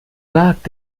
wagt